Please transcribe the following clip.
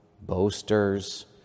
boasters